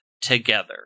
together